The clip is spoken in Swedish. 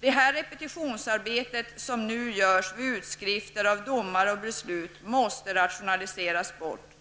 Det repetitionsarbete som nu görs vid utskriften av domar och beslut måste rationaliseras bort.